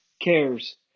cares